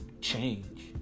change